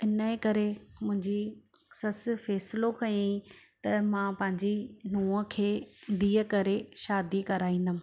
इन जे करे मुंहिंजी ससु फैसलो खईं त मां पंहिंजी नुंहं खे धीउ करे शादी कराईंदमि